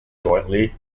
jointly